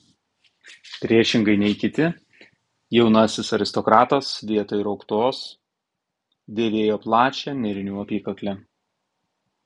priešingai nei kiti jaunasis aristokratas vietoj rauktos dėvėjo plačią nėrinių apykaklę